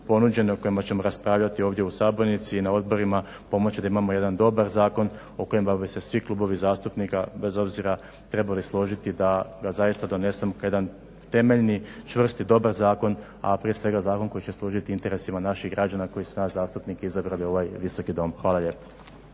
o kojima ćemo raspravljati ovdje u sabornici i na odborima pomoći da imamo jedan dobar zakon o kojima bi se svi klubovi zastupnika bez obzira trebali složiti da zaista donesemo jedan temeljni, čvrsti dobar zakon, a prije svega zakon koji će služiti interesima našim građanima koji su nas zastupnike izabrali u ovaj Visoki Dom. Hvala lijepa.